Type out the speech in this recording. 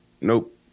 Nope